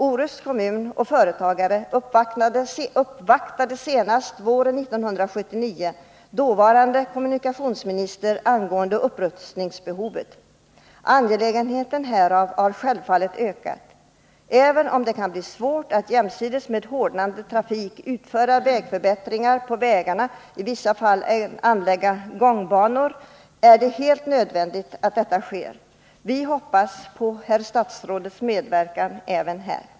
Orusts kommun och företagarna inom kommunen uppvaktade senast våren 1979 dåvarande kommunikationsministern angående upprustningsbehovet. Angelägenheten av en upprustning har självfallet ökat. Även om det kan bli svårt att jämsides med hårdnande trafik utföra förbättringar på vägar och i vissa fall anlägga gångbanor, är det helt nödvändigt att det sker. Vi hoppas på herr statsrådets medverkan även här.